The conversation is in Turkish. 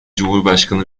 cumhurbaşkanı